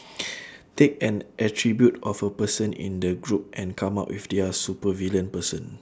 take an attribute of a person in the group and come out with their supervillain person